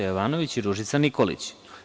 Jovanović i Ružica Nikolić.